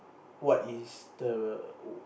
what is the